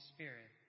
Spirit